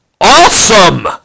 awesome